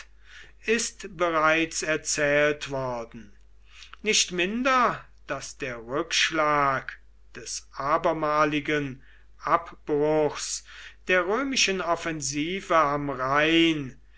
ist bereits erzählt worden nicht minder daß der rückschlag des abermaligen abbruchs der römischen offensive am rhein